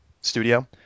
studio